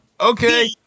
Okay